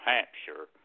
Hampshire